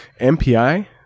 MPI